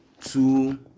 two